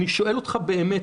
ואני שואל אותך באמת,